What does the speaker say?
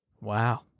Wow